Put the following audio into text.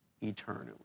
eternally